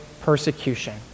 persecution